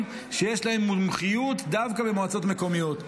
שיש להם מומחיות דווקא במועצות מקומיות.